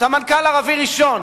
סמנכ"ל ערבי ראשון,